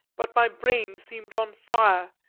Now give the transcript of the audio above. but my brain seemed on fire,